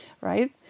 right